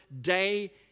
day